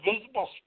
visible